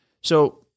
so-